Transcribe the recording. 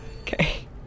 Okay